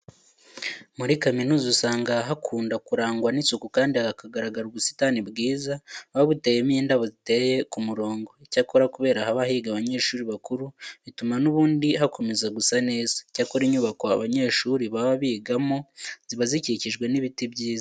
Muri kaminuza usanga hakunda kurangwa n'isuku kandi hakagaraga ubusitani bwiza buba buteyemo indabo ziteye ku murongo. Icyakora kubera haba higa abanyeshuri bakuru bituma n'ubundi hakomeza gusa neza. Icyakora inyubako abanyeshuri baba bigamo ziba zikikijwe n'ibiti byiza.